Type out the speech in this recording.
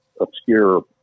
obscure